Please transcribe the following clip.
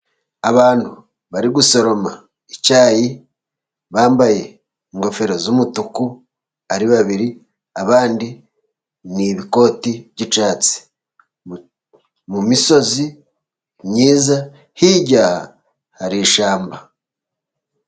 Abantu bari gusoroma icyayi bambaye ingofero z'umutuku ari babiri abandi ni ibikoti by'icyatsi mu misozi myiza hirya hari ishyamba.